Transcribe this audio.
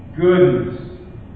goodness